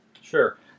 Sure